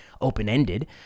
open-ended